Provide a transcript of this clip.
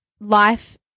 life